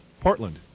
Portland